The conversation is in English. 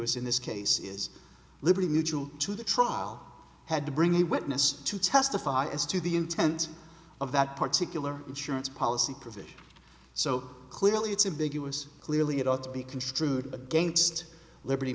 us in this case is liberty mutual to the trial had to bring a witness to testify as to the intent of that particular insurance policy provision so clearly it's a big us clearly it ought to be construed against liberty